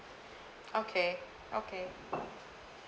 okay okay